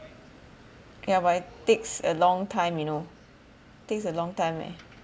yeah but it takes a long time you know takes a long time eh